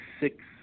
six